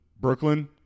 Brooklyn